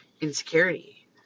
insecurity